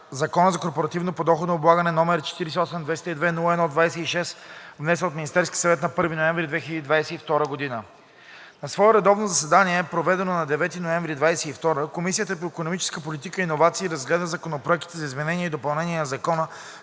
Закона за корпоративното подоходно облагане, № 48-202-01-26, внесен от Министерския съвет на 1 ноември 2022 г. На свое редовно заседание, проведено на 9 ноември 2022 г., Комисията по икономическа политика и иновации разгледа законопроектите за изменение и допълнение на Закона